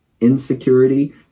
insecurity